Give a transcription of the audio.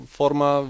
forma